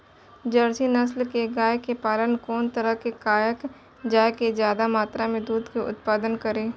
Jersey नस्ल के गाय के पालन कोन तरह कायल जाय जे ज्यादा मात्रा में दूध के उत्पादन करी?